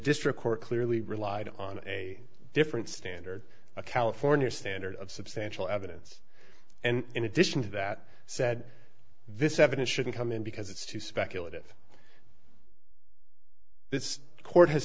district court clearly relied on a different standard a california standard of substantial evidence and in addition to that said this evidence shouldn't come in because it's too speculative this court has